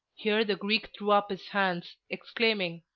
here the greek threw up his hands, exclaiming,